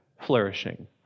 flourishing